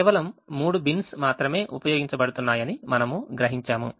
కేవలం 3 బిన్స్ మాత్రమే ఉపయోగించబడుతున్నాయని మనము గ్రహించాము